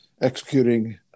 executing